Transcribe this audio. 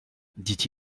dit